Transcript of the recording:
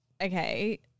Okay